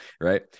right